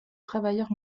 travailleurs